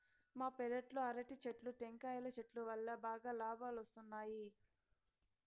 మా పెరట్లో అరటి చెట్లు, టెంకాయల చెట్టు వల్లా బాగా లాబాలొస్తున్నాయి